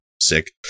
sick